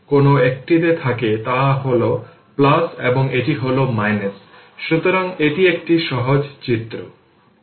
এখন যখন t switch open হয় তখন এই অংশটি চলে যায় যখন t 0 তাই সুইচ t 0 যে সুইচটি ওপেন হয় তার মানে এই অংশটি চলে গেছে